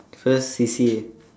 first C_C_A